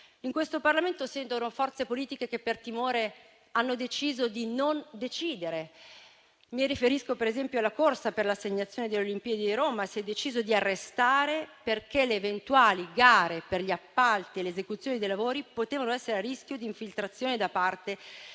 In questo Parlamento siedono forze politiche che, per timore, hanno deciso di non decidere. Mi riferisco, per esempio, alla corsa per l'assegnazione delle Olimpiadi di Roma, che si è deciso di arrestare perché le eventuali gare per gli appalti e l'esecuzione dei lavori potevano essere a rischio di infiltrazione da parte della